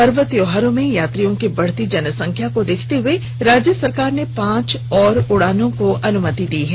पर्व त्यौहारों में यात्रियों की बढ़ती जनसंख्या को देखते हुए राज्य सरकार ने पांच और उड़ानों को अनुमति दी है